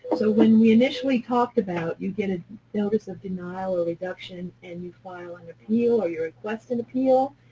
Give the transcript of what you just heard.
so when we initially talked about you get a notice of denial or reduction and you file an appeal or you request an appeal,